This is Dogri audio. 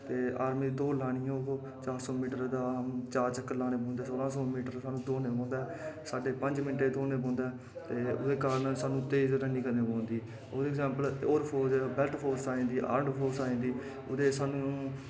ते आर्मी दी दौड़ लानी होग चार चक्कर लाने पौंदे सोलां सौ मीटर दौड़ने पौंदा साड्ढे पंज मिंट च दौड़ना पौंदा ते एह् कारण ऐ सानूं तेज़ रन्निंग करनी पौंदी होर बैल्ट फोर्स आई जंदी आर्मड फोर्स आई जंदी ओह्दे च सानूं